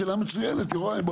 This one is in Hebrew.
שאלה מצוינת, יוראי.